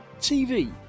TV